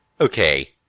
okay